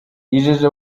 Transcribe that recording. yijeje